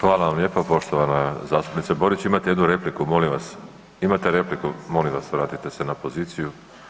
Hvala vam lijepa poštovana zastupnice Borić, imate jednu repliku, molim vas, imate repliku, molim vas vratite se na poziciju.